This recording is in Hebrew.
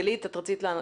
גלית, את רצית להגיב?